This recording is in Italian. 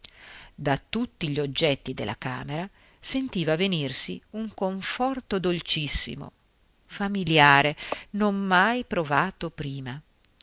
da tutti gli oggetti della camera sentiva venirsi un conforto dolcissimo familiare non mai provato prima